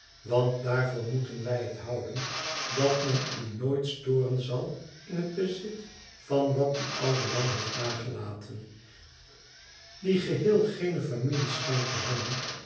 want daarvoor moeten wij het houden dat men u nooit storen zal in het bezit van wat die oude man heeft nagelaten die geheel geene familie schijnt te hebben